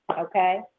Okay